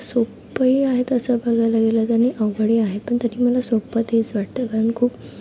सोप्पंही आहे तसं बघायला गेलं तर आणि अवघडही आहे पण तरी मला सोप्पं तेच वाटतं कारण खूप